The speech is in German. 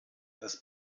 das